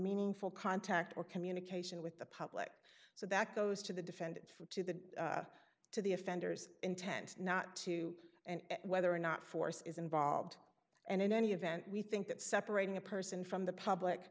meaningful contact or communication with the public so that goes to the defendant for to the to the offender's intent not to and whether or not force is involved and in any event we think that separating a person from the public